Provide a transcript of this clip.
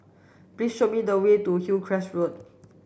please show me the way to Hillcrest Road